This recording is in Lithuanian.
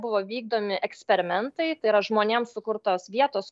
buvo vykdomi eksperimentai tai yra žmonėms sukurtos vietos